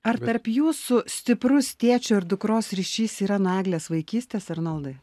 ar tarp jūsų stiprus tėčio ir dukros ryšys yra nuo eglės vaikystės arnoldai